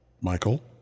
Michael